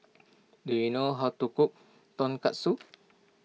do you know how to cook Tonkatsu